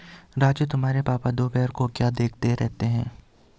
राजू तुम्हारे पापा दोपहर को क्या देखते रहते हैं?